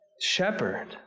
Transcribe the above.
Shepherd